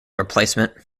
replacement